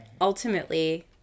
ultimately